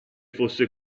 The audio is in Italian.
fosse